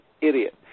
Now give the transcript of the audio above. idiot